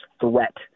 threat